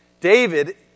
David